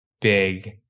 big